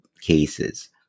cases